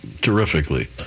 terrifically